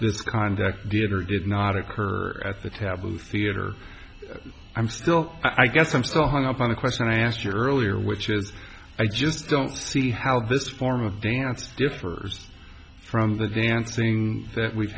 conduct did or did not occur at the taboo theatre i'm still i guess i'm still hung up on a question i asked you earlier which is i just don't see how this form of dance differs from the dancing that we've